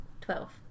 Twelve